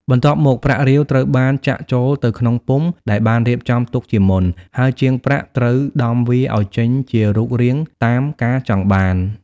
បន្ទាប់មក ប្រាក់រាវត្រូវបានចាក់ចូលទៅក្នុងពុម្ព ដែលបានរៀបចំទុកជាមុន ហើយជាងប្រាក់ត្រូវដំវាឱ្យចេញជារូបរាងតាមការចង់បាន។